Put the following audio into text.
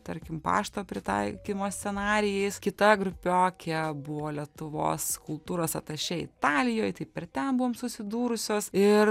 tarkim pašto pritaikymo scenarijais kita grupiokė buvo lietuvos kultūros atašė italijoj tai per ten buvom susidūrusios ir